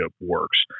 works